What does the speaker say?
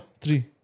three